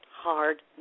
hard